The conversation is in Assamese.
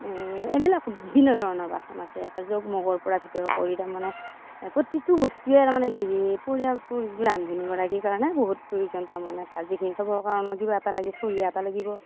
এইবিলাক বিভিন্ন ধৰণৰ বাচন আছে একে জগ মগৰ পৰা ভিতৰ কৰি তাৰমানে প্ৰতিটো বস্তুৱে তাৰমানে কি পৰিয়ালটোৰ যিটো ৰান্ধনী গৰাকীৰ কাৰণে বহুত প্ৰয়োজন তাৰমানে ভাজিখিনি থ'বৰ কাৰণেও কিবা এটা লাগে চৰিয়া এটা লাগিব